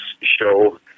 show